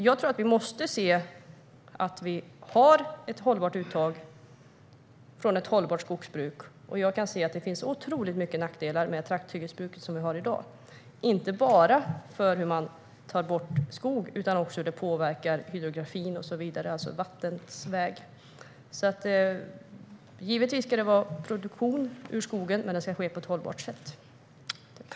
Jag tror att vi måste ha ett hållbart uttag från ett hållbart skogsbruk, och jag kan se att det finns otroligt mycket nackdelar med trakthyggesbruk, som vi har i dag. Det gäller inte bara hur man tar bort skog utan också hur det påverkar hydrografin, alltså vattnets väg, och så vidare. Givetvis ska det vara produktion ur skogen, men den ska ske på ett hållbart sätt.